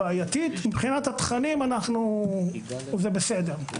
היא בעייתית ומבחינת התכנים זה בסדר.